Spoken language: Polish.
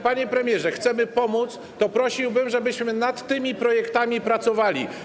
Panie premierze, jeżeli chcemy pomóc, to prosiłbym, żebyśmy nad tymi projektami pracowali.